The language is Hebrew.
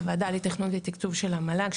הוועדה לתכנון ותקצוב של המל"ג,